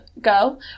girl